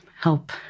help